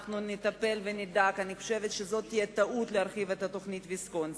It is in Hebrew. אני חושבת שזאת תהיה טעות להרחיב את תוכנית ויסקונסין.